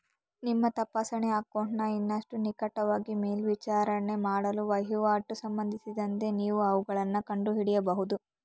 ನಿಮ್ಮ ತಪಾಸಣೆ ಅಕೌಂಟನ್ನ ಇನ್ನಷ್ಟು ನಿಕಟವಾಗಿ ಮೇಲ್ವಿಚಾರಣೆ ಮಾಡಲು ವಹಿವಾಟು ಸಂಬಂಧಿಸಿದಂತೆ ನೀವು ಅವುಗಳನ್ನ ಕಂಡುಹಿಡಿಯಬಹುದು